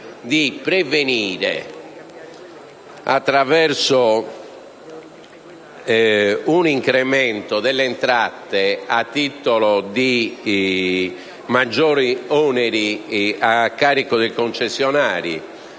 propone, attraverso un incremento delle entrate a titolo di maggiori oneri a carico dei titolari